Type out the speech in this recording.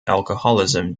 alcoholism